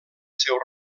seu